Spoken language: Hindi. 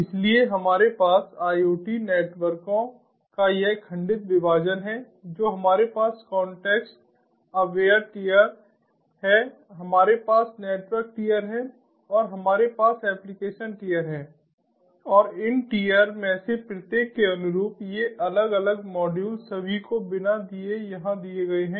इसलिए हमारे पास IoT नेटवर्कों का यह खंडित विभाजन है जो हमारे पास कॉन्टेक्स्ट अवेयर टियर है हमारे पास नेटवर्क टियर है और हमारे पास एप्लीकेशन टियर है और इन टियर में से प्रत्येक के अनुरूप ये अलग अलग मॉड्यूल सभी को बिना दिए यहां दिए गए हैं